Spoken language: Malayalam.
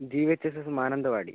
G H S S Mananthavady